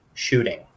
Shooting